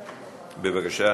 בבקשה.